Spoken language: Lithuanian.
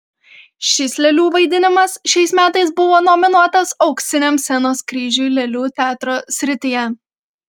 šis lėlių vaidinimas šiais metais buvo nominuotas auksiniam scenos kryžiui lėlių teatro srityje